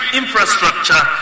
infrastructure